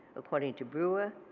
according to brewer,